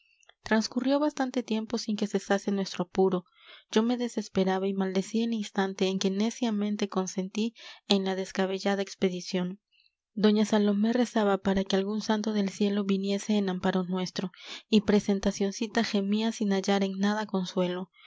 transcurrió bastante tiempo sin que cesase nuestro apuro yo me desesperaba y maldecía el instante en que neciamente consentí en la descabellada expedición doña salomé rezaba para que algún santo del cielo viniese en amparo nuestro y presentacioncita gemía sin hallar en nada consuelo